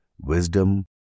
wisdom